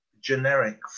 generic